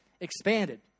expanded